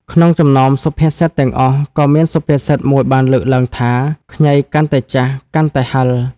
ក្នុងចំណោមសុភាសិតទាំងអស់ក៏មានសុភាសិតមួយបានលើកឡើងថា ខ្ញីកាន់តែចាស់ កាន់តែហឹរ។